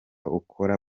ukora